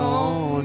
on